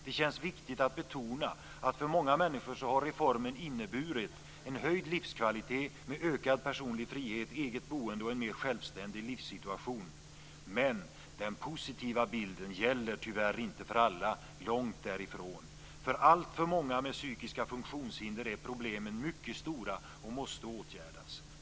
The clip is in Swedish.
Det känns viktigt att betona att för många människor har reformen inneburit en höjd livskvalitet med ökad personlig frihet, eget boende och en mer självständig livssituation. Men den positiva bilden gäller tyvärr inte för alla, långt därifrån. För alltför många med psykiska funktionshinder är problemen mycket stora och måste åtgärdas.